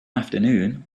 afternoon